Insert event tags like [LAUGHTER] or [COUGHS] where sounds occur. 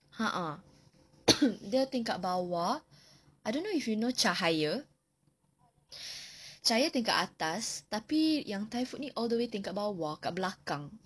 !huh! uh [COUGHS] dia tingkat bawah I don't know if you know cahaya [NOISE] cahaya tingkat atas tapi yang thai food ini all the way tingkat bawah dekat belakang